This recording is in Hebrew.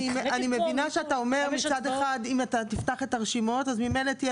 אני מבינה כשאתה אומר שאם תפתח את הרשימות אז ממילא תהיה